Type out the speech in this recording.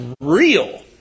real